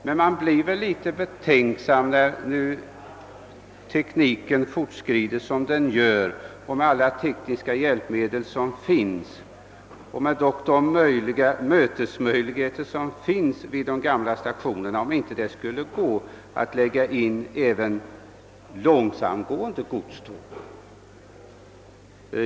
Men man blir litet fundersam, om det inte med den nuvarande utvecklingen av tekniken, med alla tekniska hjälpmedel som står till förfogande och med mötesmöjligheterna vid de gamla stationerna skulle kunna läggas in även mera långsamtgående godståg.